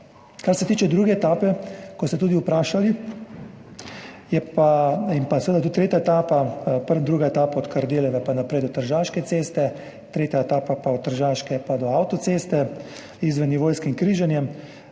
Kar se tiče druge etape, kot ste tudi vprašali, in pa seveda tudi tretje etape, torej druga etapa od Kardeljeve pa naprej do Tržaške ceste, tretja etapa pa od Tržaške pa do avtoceste z izvennivojskim križanjem,